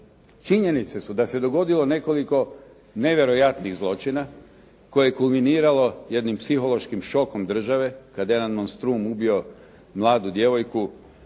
Činjenice su da se dogodilo nekoliko nevjerojatnih zločina koje je kulminiralo jednim psihološkim šokom države kada je jedan monstrum ubio mladu djevojku.